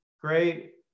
Great